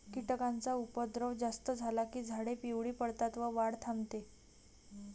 कीटकांचा उपद्रव जास्त झाला की झाडे पिवळी पडतात व वाढ थांबते